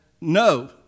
No